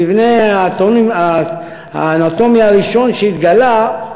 במבנה האנטומי הראשון שהתגלה,